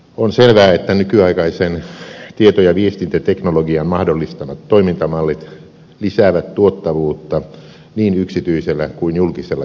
on selvää että nykyaikaisen tieto ja viestintäteknologian mahdollistamat toimintamallit lisäävät tuottavuutta niin yksityisellä kuin julkisellakin sektorilla